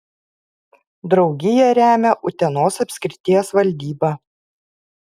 draugiją remia utenos apskrities valdyba